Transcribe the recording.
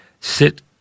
sit